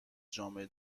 جامعه